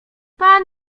pan